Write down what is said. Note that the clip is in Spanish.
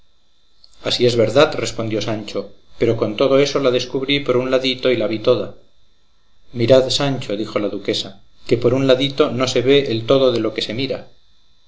así es verdad respondió sancho pero con todo eso la descubrí por un ladito y la vi toda mirad sancho dijo la duquesa que por un ladito no se vee el todo de lo que se mira